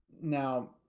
now